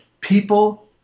people